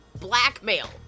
blackmail